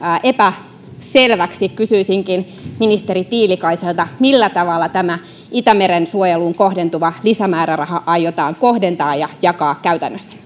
epäselväksi kysyisinkin ministeri tiilikaiselta millä tavalla tämä itämeren suojeluun kohdentuva lisämääräraha aiotaan kohdentaa ja jakaa käytännössä